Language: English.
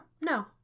No